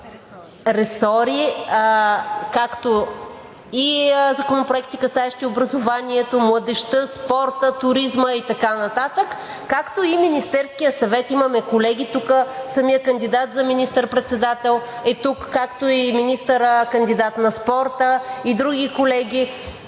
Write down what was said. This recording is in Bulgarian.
ресори, както и законопроекти, касаещи образованието, младежта, спорта, туризма и така нататък, както и Министерският съвет. Тук имаме колеги, самият кандидат за министър-председател е тук, както и министърът кандидат на спорта, и други колеги,